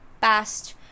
past